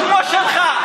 כמה זמן אתה מקשקש?